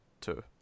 two